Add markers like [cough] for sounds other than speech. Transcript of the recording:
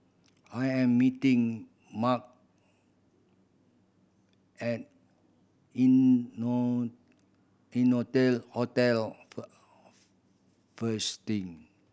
I am meeting Mark at [unintelligible] Innotel Hotel [unintelligible]